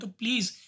please